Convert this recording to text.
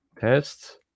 test